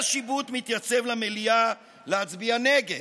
והשיבוט מתייצב למליאה להצביע נגד,